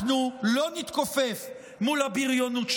אנחנו לא נתכופף מול הבריונות שלכם.